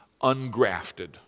ungrafted